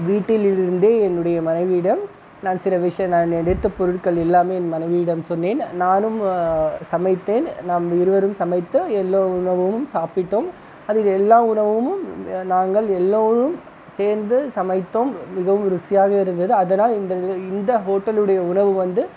வீட்டில் இருந்து என்னுடைய மனைவியிடம் நான் சில விஷயம் நான் நினைத்த பொருட்கள் எல்லாம் என் மனைவியிடம் சொன்னேன் நானும் சமைத்தேன் நம் இருவரும் சமைத்து எல்லா உணவும் சாப்பிட்டோம் அதில் எல்லா உணவும் நாங்கள் எல்லோரும் சேர்ந்து சமைத்தோம் மிகவும் ருசியாக இருந்தது அதனால் இந்த இந்த ஹோட்டலுடைய உணவு வந்து